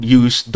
use